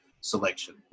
selection